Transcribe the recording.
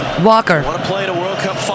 Walker